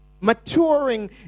Maturing